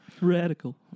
radical